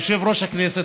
הוא יושב-ראש הכנסת,